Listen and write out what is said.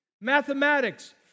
Mathematics